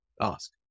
ask